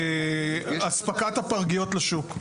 אספקת הפרגיות לשוק.